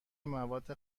مواد